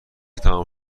تموم